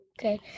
Okay